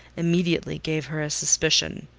immediately gave her a suspicion.